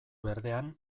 berdean